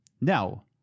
now